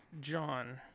John